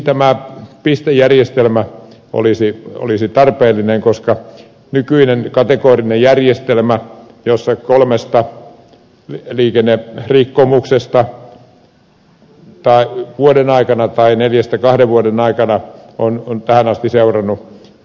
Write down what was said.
tämä pistejärjestelmä olisi tarpeellinen koska nykyinen on kategorinen järjestelmä jossa kolmesta liikennerikkomuksesta vuoden aikana tai neljästä kahden vuoden aikana on tähän asti seurannut eittämättä ajokielto